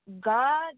God